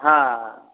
ହଁ